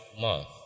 Month